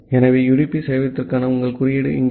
ஆகவே யுடிபி சேவையகத்திற்கான உங்கள் குறியீடு இங்கே